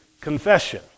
confession